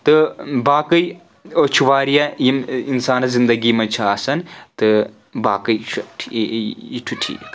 تہٕ باقٕے چھُ واریاہ یِم اِنسانس زِندگی منٛز چھِ آسان تہٕ باقٕے چھ یہِ چھُ ٹھیٖک